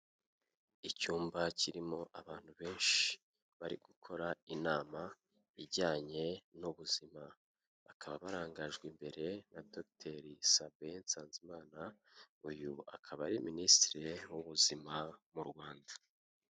Icyumba kirimo abantu benshi bari gukora inama, ijyanye n'ubuzima. Bakaba barangajwe imbere, na Dr Sabin Nsanzimana, uyu akaba ari minisitiri w'ubuzima, mu Rwanda.